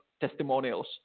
testimonials